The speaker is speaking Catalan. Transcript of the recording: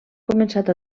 començat